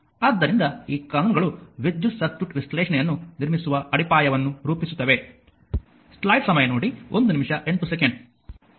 ಆದ್ದರಿಂದ ಈ ಕಾನೂನುಗಳು ವಿದ್ಯುತ್ ಸರ್ಕ್ಯೂಟ್ ವಿಶ್ಲೇಷಣೆಯನ್ನು ನಿರ್ಮಿಸಿದ ಅಡಿಪಾಯವನ್ನು ರೂಪಿಸುತ್ತವೆ